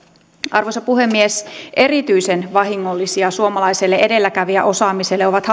arvoisa puhemies erityisen vahingollisia suomalaiselle edelläkävijäosaamiselle ovat